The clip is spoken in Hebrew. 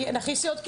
נכנסת לאולם)